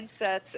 mindsets